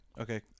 Okay